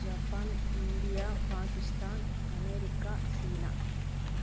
Japan India Pakistan America China